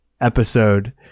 episode